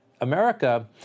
America